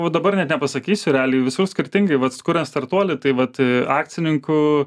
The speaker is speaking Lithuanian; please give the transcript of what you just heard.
va dabar net nepasakysiu realiai visų skirtingai vat kurian startuolį tai vat akcininkų